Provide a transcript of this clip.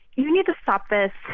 you need to stop this.